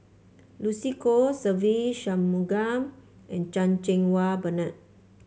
Lucy Koh Se Ve Shanmugam and Chan Cheng Wah Bernard